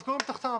אז קוראים את הכתב.